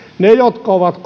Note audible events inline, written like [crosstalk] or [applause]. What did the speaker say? niiden jotka ovat [unintelligible]